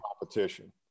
competition